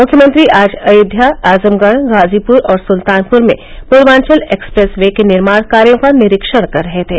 मुख्यमंत्री आज अयोध्या आजमगढ़ गाजीपुर और सुल्तानपुर में पूर्वांचल एक्सप्रेस वे के निर्माण कार्यों का निरीक्षण कर रहे थे